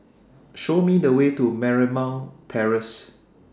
Show Me The Way to Marymount Terrace